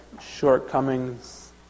shortcomings